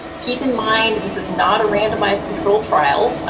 keep in mind this is not a randomized controlled trial.